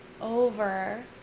over